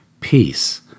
peace